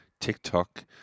TikTok